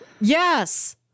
Yes